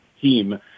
team